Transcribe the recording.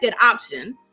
option